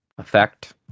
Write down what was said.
effect